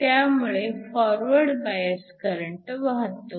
त्यामुळे forward bias current वाहतो